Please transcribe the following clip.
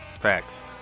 Facts